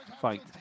fight